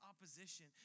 opposition